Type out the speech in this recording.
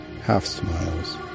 half-smiles